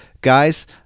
Guys